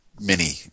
mini